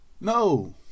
No